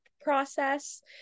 process